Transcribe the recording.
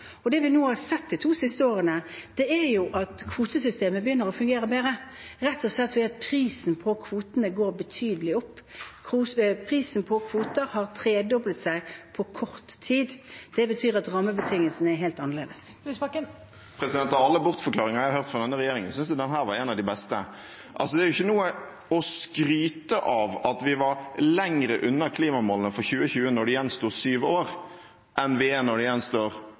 Det vi har sett nå de to siste årene, er at kvotesystemet begynner å fungere bedre, rett og slett ved at prisen på kvotene går betydelig opp. Prisen på kvoter har tredoblet seg på kort tid. Det betyr at rammebetingelsene er helt annerledes. Av alle bortforklaringer jeg har hørt fra denne regjeringen, synes jeg denne var en av de beste. Det er jo ikke noe å skryte av at vi var lenger unna klimamålene for 2020 da det gjensto syv år, enn vi er når det gjenstår